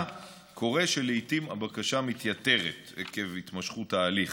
קורה שלעיתים הבקשה מתייתרת עקב התמשכות ההליך.